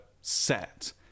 set